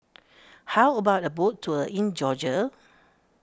how about a boat tour in Georgia